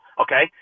Okay